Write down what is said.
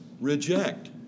reject